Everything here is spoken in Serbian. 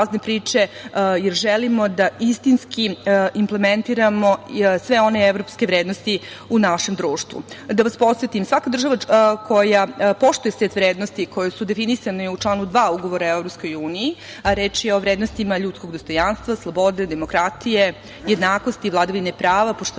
jer želimo da istinski implementiramo sve one evropske vrednosti u našem društvu. Da vas podsetim, svaka država koja poštuje set vrednosti koje su definisane u članu 2. Ugovora o EU, a reč je o vrednostima ljudskog dostojanstva, slobode, demokratije, jednakosti, vladavine prava, poštovanja